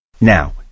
Now